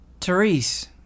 Therese